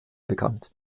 bekannt